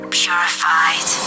purified